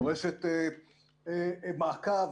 דורשת מעקב,